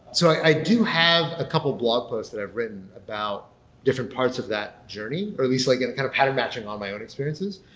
so i do have a couple blog posts that i've written about different parts of that journey, or at least like kind of pattern matching on my own experiences.